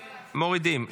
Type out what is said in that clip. מורידים.